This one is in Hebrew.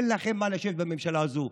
אין לכם מה לשבת בממשלה הזו,